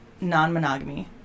non-monogamy